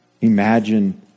imagine